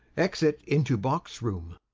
exit into box-room